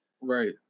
Right